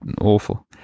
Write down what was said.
awful